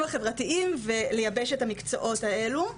החברתיים ולייבש את המקצועות האלו.